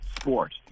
sport